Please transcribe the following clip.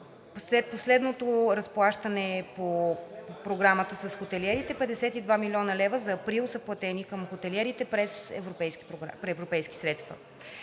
след последното разплащане по Програмата с хотелиерите, 52 млн. лв. за април са платени към хотелиерите през европейски средства.